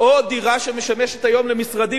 או דירה שמשמשת היום למשרדים,